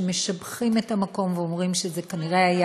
שמשבחים את המקום ואומרים שכנראה זה היה